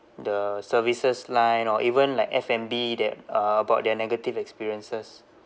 the services line or even like F&B that uh about their negative experiences